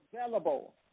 available